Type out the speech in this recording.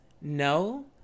No